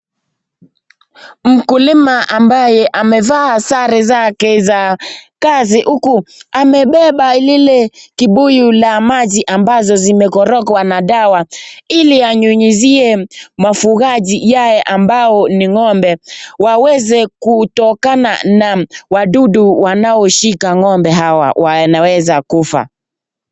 Mkulima ambaye amevaa sare zake za kazi huku amebeba lile kibuyu la maji ambazo zimekorogwa na dawa ili anyunyuzie mafugaji yale ambayo ni ng'ombe waweze kutokana na wadudu wanaoshika ng'ombe hawa wanaweza kufa.